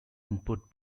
input